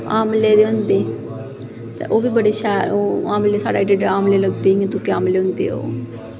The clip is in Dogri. आमले दे होंदे ते ओह् बी बड़े शैल आमले एड्डे एड्डे आमले लगदे इ'यां दुए आमले होंदे ओह्